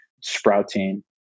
sprouting